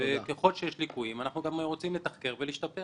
ככל שיש ליקויים אנחנו רוצים לתחקר ולהשתפר.